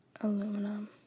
Aluminum